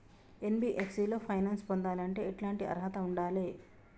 NBFC లో finance పొందాలంటే ఎట్లాంటి అర్హత ఉండాలే?